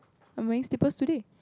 I'm wearing slippers today